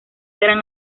gran